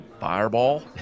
Fireball